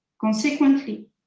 Consequently